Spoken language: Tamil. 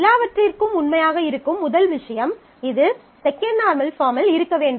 எல்லாவற்றிற்கும் உண்மையாக இருக்கும் முதல் விஷயம் இது செகண்ட் நார்மல் பாஃர்ம்மில் இருக்க வேண்டும்